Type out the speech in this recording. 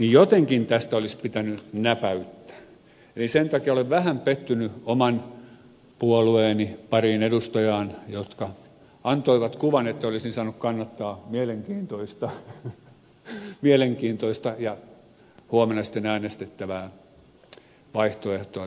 jotenkin tästä olisi pitänyt näpäyttää eli sen takia olen vähän pettynyt oman puolueeni pariin edustajaan jotka antoivat kuvan että olisin saanut kannattaa mielenkiintoista ja huomenna sitten äänestettävää vaihtoehtoa tälle jutulle